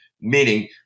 meaning